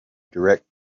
direct